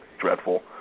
dreadful